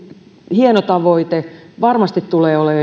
hieno tavoite varmasti tämä tulee